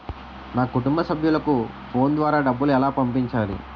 నా కుటుంబ సభ్యులకు ఫోన్ ద్వారా డబ్బులు ఎలా పంపించాలి?